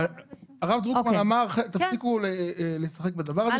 הרב דרוקמן אמר להפסיק לשחק בדבר הזה,